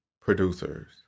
producers